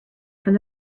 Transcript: from